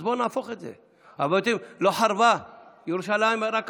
אז בואו נהפוך את זה, אבל לא חרבה ירושלים רק על,